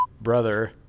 brother